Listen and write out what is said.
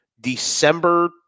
December